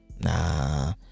Nah